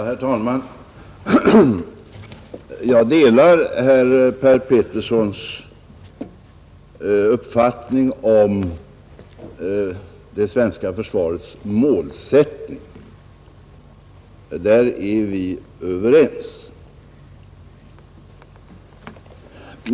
Herr talman! Jag delar herr Peterssons i Gäddvik uppfattning om det svenska försvarets målsättning; därom är vi överens.